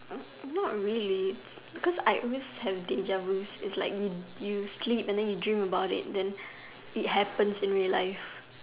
Er not really because I always have it's like you you sleep then you dream about it then it happens in real life